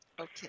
Okay